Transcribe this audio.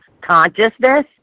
consciousness